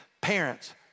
parents